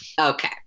Okay